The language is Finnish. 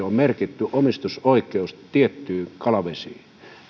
on merkitty kiinteistörekisteriin omistusoikeus tiettyihin kalavesiin